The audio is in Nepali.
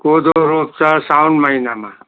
कोदो रोप्छ साउन महिनामा